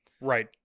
Right